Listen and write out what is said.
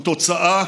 הוא תוצאה